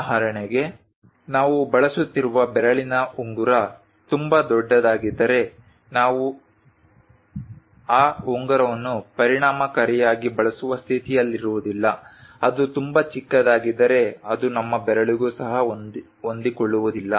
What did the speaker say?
ಉದಾಹರಣೆಗೆ ನಾವು ಬಳಸುತ್ತಿರುವ ಬೆರಳಿನ ಉಂಗುರ ತುಂಬಾ ದೊಡ್ಡದಾಗಿದ್ದರೆ ನಾವು ಆ ಉಂಗುರವನ್ನು ಪರಿಣಾಮಕಾರಿಯಾಗಿ ಬಳಸುವ ಸ್ಥಿತಿಯಲ್ಲಿರುವುದಿಲ್ಲ ಅದು ತುಂಬಾ ಚಿಕ್ಕದಾಗಿದ್ದರೆ ಅದು ನಮ್ಮ ಬೆರಳಿಗೂ ಸಹ ಹೊಂದಿಕೊಳ್ಳುವುದಿಲ್ಲ